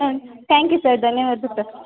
ಹಾಂ thank you sir ಧನ್ಯವಾದ sir